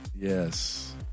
Yes